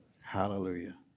Hallelujah